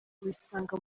uyisanga